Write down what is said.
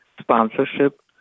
sponsorship